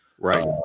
right